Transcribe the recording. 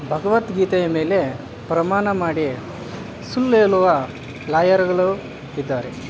ಭಗವದ್ಗೀತೆಯ ಮೇಲೆ ಪ್ರಮಾಣ ಮಾಡಿ ಸುಳ್ಳೇಳುವ ಲಾಯರ್ಗಳು ಇದ್ದಾರೆ